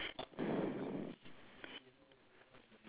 okay